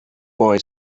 boy